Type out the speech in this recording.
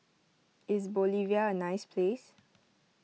is Bolivia a nice place